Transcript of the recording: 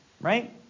right